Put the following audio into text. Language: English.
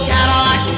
Cadillac